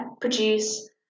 produce